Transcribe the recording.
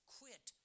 quit